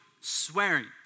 swearing